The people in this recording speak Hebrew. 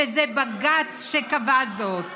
שזה בג"ץ שקבע זאת,